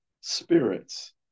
spirits